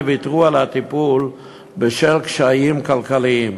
ויתרו על הטיפול בשל קשיים כלכליים,